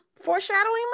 foreshadowing